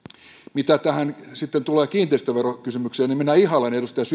mitä sitten tulee kiinteistöverokysymykseen niin minä ihailen edustaja